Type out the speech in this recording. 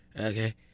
okay